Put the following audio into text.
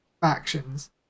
factions